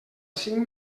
cinc